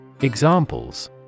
Examples